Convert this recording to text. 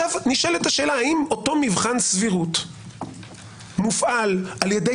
נשאלת השאלה האם אותו מבחן סבירות מופעל על ידי